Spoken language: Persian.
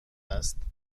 است